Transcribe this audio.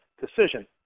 decision